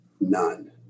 none